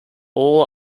all